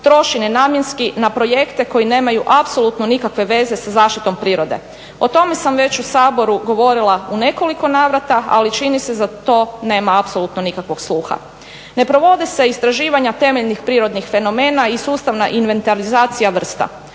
troši nenamjenski na projekte koji nemaju apsolutno nikakve veze sa zaštitom prirode. O tome sam već u Saboru govorila u nekoliko navrata ali čini se za to nema apsolutno nikakvog sluha. Ne provede se istraživanja temeljnih prirodnih fenomena i sustavna inventarizacija vrsta.